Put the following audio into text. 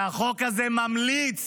שהחוק הזה ממליץ